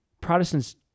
Protestants